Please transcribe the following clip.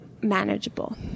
manageable